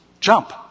Jump